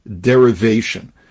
derivation